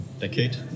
decade